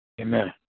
Amen